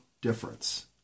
difference